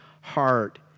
heart